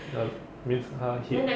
that mean 他 hit